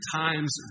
times